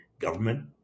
government